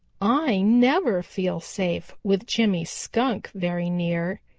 i never feel safe with jimmy skunk very near.